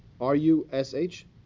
r-u-s-h